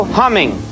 humming